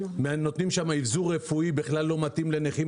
נותנים שם אבזור רפואי בכלל לא מתאים לנכים,